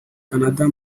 kanada